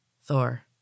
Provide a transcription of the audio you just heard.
Thor